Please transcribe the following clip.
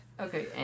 Okay